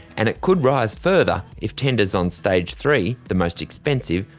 and it could rise further if tenders on stage three, the most expensive,